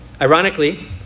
Ironically